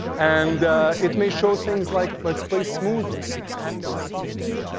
and it may show things like let's play smoothly or let's play softly.